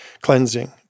cleansing